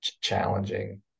challenging